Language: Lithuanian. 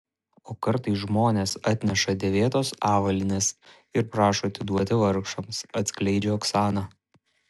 o kartais žmonės atneša dėvėtos avalynės ir prašo atiduoti vargšams atskleidžia oksana